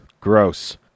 gross